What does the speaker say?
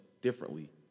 differently